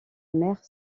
mère